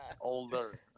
Older